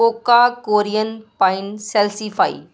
Coca Korean pine salsify